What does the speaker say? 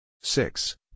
six